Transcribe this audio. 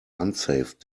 unsafe